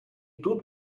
тут